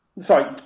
sorry